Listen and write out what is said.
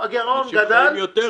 אנשים חיים יותר,